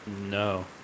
no